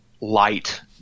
light